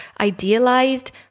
idealized